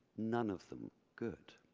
none of them good.